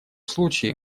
случае